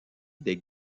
des